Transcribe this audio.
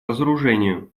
разоружению